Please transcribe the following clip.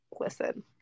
listen